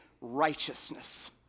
righteousness